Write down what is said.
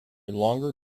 longer